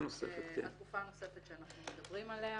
התקופה הנוספת שאנחנו מדברים עליה.